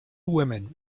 women